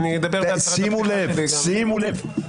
שימו לב,